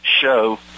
show